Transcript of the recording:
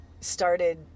started